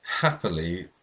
happily